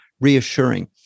reassuring